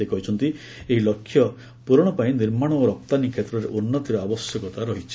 ସେ କହିଛନ୍ତି ଏହି ଲକ୍ଷ୍ୟ ପୂରଣ ପାଇଁ ନିର୍ମାଣ ଓ ରପ୍ତାନୀ କ୍ଷେତ୍ରରେ ଉନ୍ନତିର ଆବଶ୍ୟକତା ରହିଛି